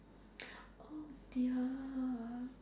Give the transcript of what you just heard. oh dear